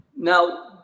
Now